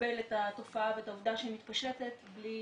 לקבל את התופעה ואת העובדה שהיא מתפשטת בלי